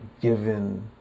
given